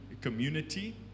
community